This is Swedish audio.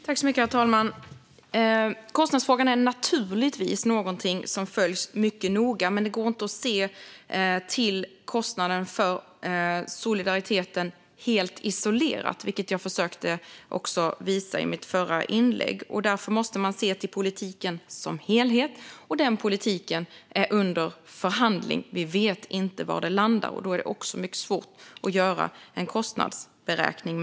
Herr ålderspresident! Kostnadsfrågan är naturligtvis något som följs mycket noga, men det går inte att se kostnaden för solidariteten helt isolerat, vilket jag försökte visa i mitt förra inlägg. Därför måste man se till politiken som helhet, och den politiken är under förhandling. Vi vet inte var det landar, så därför är det mycket svårt att göra en kostnadsberäkning.